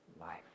life